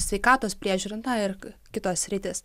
sveikatos priežiūra ir kitos sritys